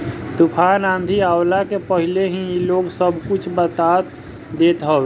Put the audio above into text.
तूफ़ान आंधी आवला के पहिले ही इ लोग सब कुछ बता देत हवे